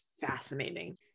fascinating